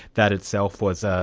that itself was a